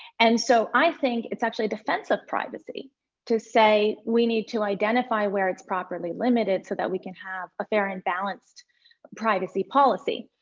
and so, i think it's actually a defense of privacy to say we need to identify where it's properly limited so that we can have a fair and balanced privacy policy.